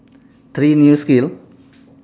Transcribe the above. three new skill